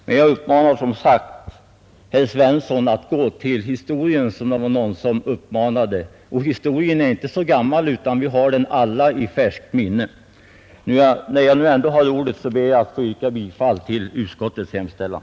Men jag uppmanar som sagt herr Svensson att gå till historien, som någon tidigare sade, och historien är i detta fall inte så gammal; vi har den i färskt minne, När jag nu ändå har ordet ber jag att få yrka bifall till utskottets hemställan.